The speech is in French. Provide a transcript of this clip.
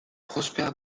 prosper